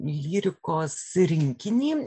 lyrikos rinkinį